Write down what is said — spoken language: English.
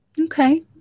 Okay